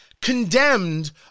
condemned